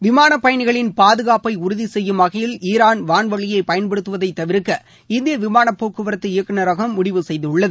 விமானப் பயணிகளின் பாதகாப்பை உறுதி செய்யும் வகையில் ஈரான் வான்வழியை பயன்படுத்துவதை தவிர்க்க இந்திய விமானப் போக்குவரத்து இயக்குனரகம் முடிவு செய்துள்ளது